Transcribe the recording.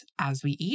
asweeat